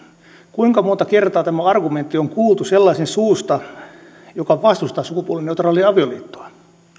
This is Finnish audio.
kuinka monta kertaa tämä argumentti on kuultu sellaisen suusta joka vastustaa sukupuolineutraalia avioliittoa